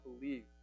believe